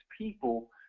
people